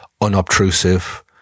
unobtrusive